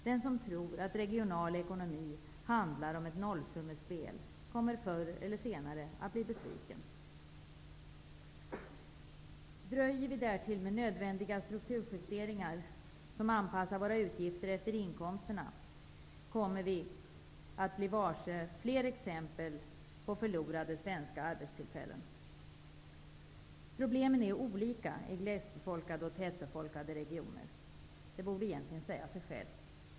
Den som tror att regional ekonomi handlar om ett nollsummespel kommer förr eller senare att bli besviken. Dröjer vi därtill med nödvändiga strukturjusteringar, som anpassar utgifterna till inkomsterna, kommer vi att bli varse fler exempel på förlorade svenska arbetstillfällen. Problemen är olika i glesbefolkade och tätbefolkade regioner. Det borde egentligen säga sig självt.